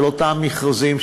של אותם מכרזים,